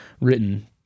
written